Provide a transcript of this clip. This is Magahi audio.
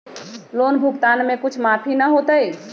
लोन भुगतान में कुछ माफी न होतई?